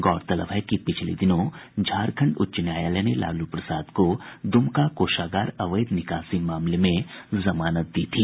गौरतलब है कि पिछले दिनों झारखंड उच्च न्यायालय ने लालू प्रसाद को दुमका कोषागार अवैध निकासी मामले में जमानत दी थी